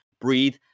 Breathe